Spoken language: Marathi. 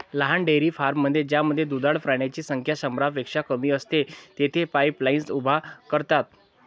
लहान डेअरी फार्ममध्ये ज्यामध्ये दुधाळ प्राण्यांची संख्या शंभरपेक्षा कमी असते, तेथे पाईपलाईन्स उभ्या करतात